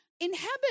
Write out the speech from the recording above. Inhabit